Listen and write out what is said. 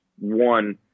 one